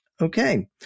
Okay